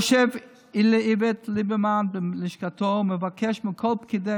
יושב איווט ליברמן בלשכתו ומבקש מכל פקידי